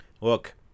look